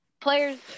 Players